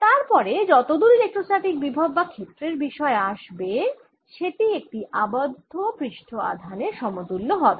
তারপরে যতদূর ইলেক্ট্রোস্ট্যাটিক বিভব বা ক্ষেত্রের বিষয় আসবে সেটি একটি আবদ্ধ পৃষ্ঠ আধানের সমতুল্য হবে